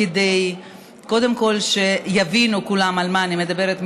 כדי שקודם כול יבינו כולם על מה אני מדברת,